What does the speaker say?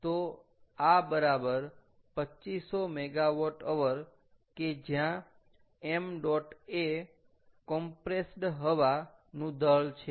તો આ બરાબર 2500 MWH કે જ્યાં 𝑚̇ a કમ્પ્રેસ્ડ હવા નું દળ છે